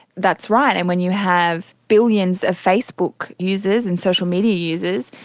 that's right, and when you have billions of facebook users and social media users,